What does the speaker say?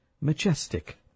majestic